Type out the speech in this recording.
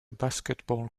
basketball